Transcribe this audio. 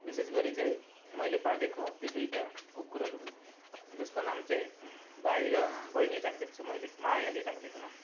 र विशेष गरी चाहिँ मैले पालेको त्यो दुईवटा कुकुरहरू जसको नाम चाहिँ भाइ र बहिनी राखिदिएको छु मैले मायाले राखिदिएको नाम